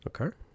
okay